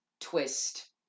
twist